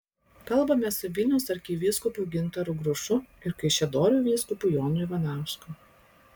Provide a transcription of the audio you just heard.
kalbamės su vilniaus arkivyskupu gintaru grušu ir kaišiadorių vyskupu jonu ivanausku